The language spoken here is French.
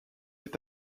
est